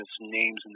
names